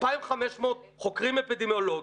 2,500 חוקרים אפידמיולוגיים.